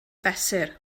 fesur